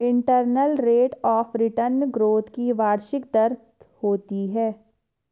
internal rate of return growth की वार्षिक दर होती है